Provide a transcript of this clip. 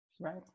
Right